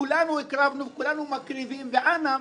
כולנו הקרבנו וכולנו מקריבים ואנא,